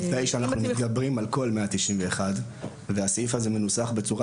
אנחנו מדברים על כל סעיף 191. הסעיף הזה מנוסח בצורה